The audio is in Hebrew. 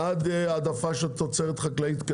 בעד העדפה של תוצרת חקלאית.